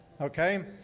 Okay